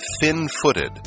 thin-footed